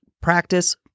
practice